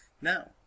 Now